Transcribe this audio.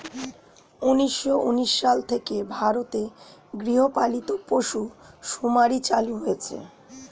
উন্নিশো উনিশ সাল থেকে ভারতে গৃহপালিত পশু শুমারি চালু হয়েছে